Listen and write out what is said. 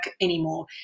anymore